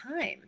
time